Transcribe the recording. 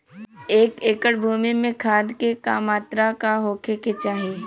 एक एकड़ भूमि में खाद के का मात्रा का होखे के चाही?